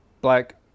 black